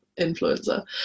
influencer